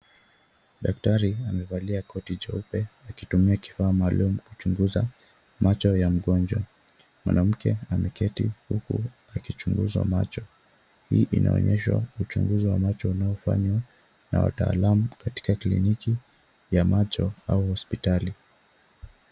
Daktari amevalia koti jeupe akitumia kifaa maalum kuchunguza macho ya mgonjwa. Mwanamke ameketi huku akichunguza macho. Hii inaonyesha uchunguzi wa macho unaofanywa na wataalamu katika kliniki ya macho au hospitali.